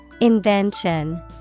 Invention